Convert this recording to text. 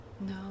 No